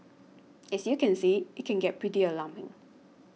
as you can see it can get pretty alarming